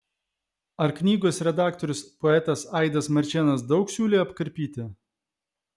ar knygos redaktorius poetas aidas marčėnas daug siūlė apkarpyti